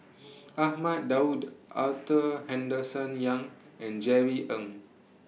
Ahmad Daud Arthur Henderson Young and Jerry Ng